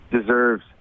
deserves